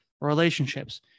relationships